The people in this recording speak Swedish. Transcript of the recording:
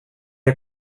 har